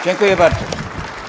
Dziękuję bardzo.